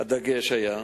הדגש היה,